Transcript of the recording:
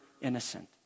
innocent